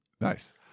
nice